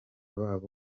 babo